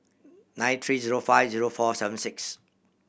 nine three zero five zero four seven six